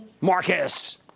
Marcus